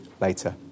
later